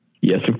Yes